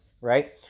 right